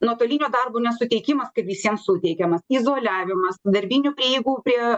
nuotolinio darbo nesuteikimas kai visiems suteikiamas izoliavimas darbinių prieigų prie